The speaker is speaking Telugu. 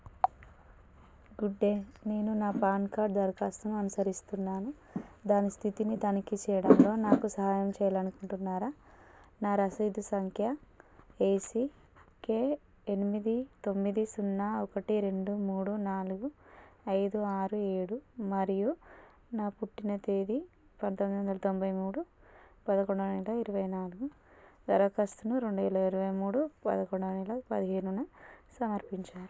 గుడ్ డే నేను నా పాన్ కార్డ్ దరఖాస్తును అనుసరిస్తున్నాను దాని స్థితిని తనిఖీ చేయడంలో నాకు సహాయం చేయాలనుకుంటున్నారా నా రసీదు సంఖ్య ఏసీకే ఎనిమిది తొమ్మిది సున్నా ఒకటి రెండు మూడు నాలుగు ఐదు ఆరు ఏడు మరియు నా పుట్టిన తేదీ పంతొందొందల తొంభై మూడు పదకొండున అంటే ఇరవై నాలుగు దరఖాస్తును రెండు వేల ఇరవై మూడు పదకొండో నెల పదిహేనున సమర్పించారు